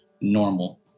normal